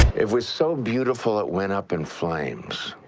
it was so beautiful it went up in flames.